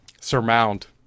surmount